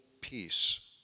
peace